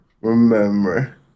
remember